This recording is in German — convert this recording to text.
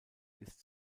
ist